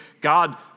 God